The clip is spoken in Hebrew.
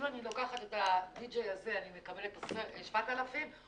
שאם אני לוקחת את הדי-ג'יי הזה המחיר הוא 7,000 שקל?